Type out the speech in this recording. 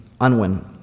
Unwin